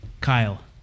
Kyle